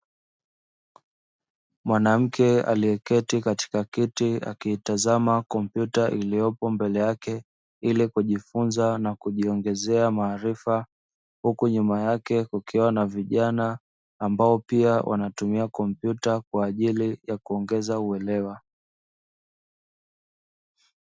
Mwanamke alieketi katika kiti akiitazama kompyuta iliyopo mbele yake ili kujifunza na kujiongezea maarifa. Huku nyuma yake kukiwa na vijana ambao pia wanatumia kompyuta kwa ajili ya kuongeza uelewa.